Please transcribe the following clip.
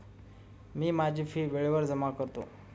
मी माझी फी वेळेवर जमा करतो